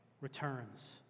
returns